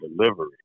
delivery